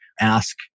ask